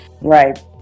Right